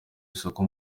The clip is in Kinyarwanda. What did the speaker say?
isoko